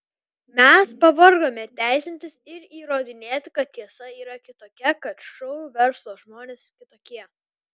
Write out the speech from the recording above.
mes pavargome teisintis ir įrodinėti kad tiesa yra kitokia kad šou verslo žmonės kitokie